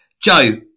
Joe